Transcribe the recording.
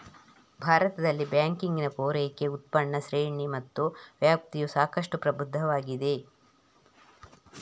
ಭಾರತದಲ್ಲಿ ಬ್ಯಾಂಕಿಂಗಿನ ಪೂರೈಕೆ, ಉತ್ಪನ್ನ ಶ್ರೇಣಿ ಮತ್ತು ವ್ಯಾಪ್ತಿಯು ಸಾಕಷ್ಟು ಪ್ರಬುದ್ಧವಾಗಿದೆ